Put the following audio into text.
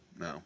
No